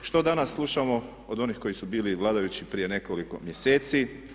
Što danas slušamo od onih koji su bili vladajući prije nekoliko mjeseci?